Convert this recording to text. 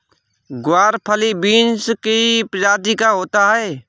ग्वारफली बींस की प्रजाति का होता है